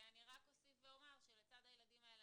אני רק אוסיף ואומר שלצד הילדים האלה